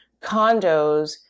condos